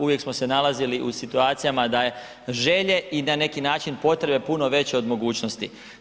Uvijek smo se nalazili u situacijama da je želje i na neki način potrebe puno veće od mogućnosti.